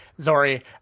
zori